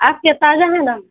آپ کے تازہ ہیں نا